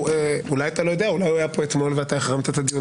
אולי הוא היה פה אתמול ואתה החרמת את הדיון?